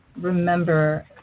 remember